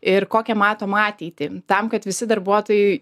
ir kokią matom ateitį tam kad visi darbuotojai